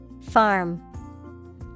Farm